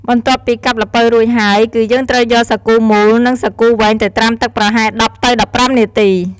បន្ទាប់់ពីកាប់ល្ពៅរួចហើយ គឺយើងត្រូវយកសាគូមូល និងសាគូវែងទៅត្រាំទឹកប្រហែល ១០ ទៅ ១៥ នាទី។